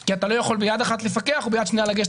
כי אתה לא יכול ביד אחת לפקח וביד שנייה לגשת